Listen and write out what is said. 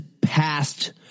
past